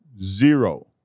zero